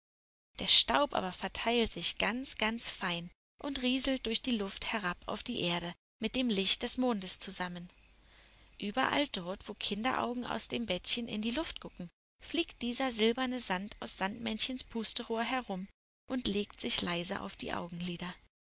der staub aber verteilt sich ganz ganz fein und rieselt durch die luft herab auf die erde mit dem licht des mondes zusammen überall dort wo kinderaugen aus dem bettchen in die luft gucken fliegt dieser silberne sand aus sandmännchens pusterohr herum und legt sich leise auf die augenlider